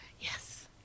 Yes